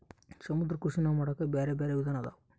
ಸಮುದ್ರ ಕೃಷಿನಾ ಮಾಡಾಕ ಬ್ಯಾರೆ ಬ್ಯಾರೆ ವಿಧಾನ ಅದಾವ